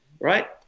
Right